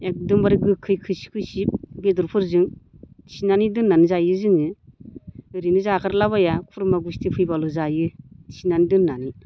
एकदमबारि गोखै खैसिब खैसिब बेदरफोरजों थिनानै दोन्नानै जायो जोङो ओरैनो जागारला बाया खुरमा गुस्थि फैबाल' जायो थिनानै दोन्नानै